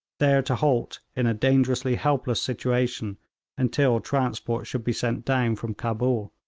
there to halt in a dangerously helpless situation until transport should be sent down from cabul.